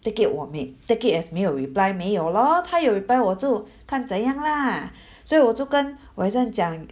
take it 我 it take it as 没有 reply 没有咯她有 reply 我我就看怎样啦 所以我就跟我有这样讲